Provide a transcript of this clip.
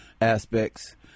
aspects